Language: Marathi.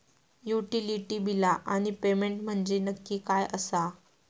युटिलिटी बिला आणि पेमेंट म्हंजे नक्की काय आसा?